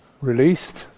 released